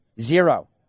Zero